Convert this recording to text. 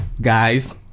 guys